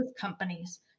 companies